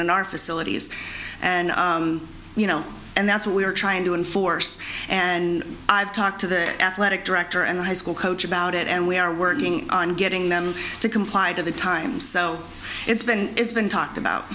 in our facilities and you know and that's what we are trying to enforce and i've talked to the athletic director and high school coach about it and we are working on getting them to comply to the time so it's been it's been talked about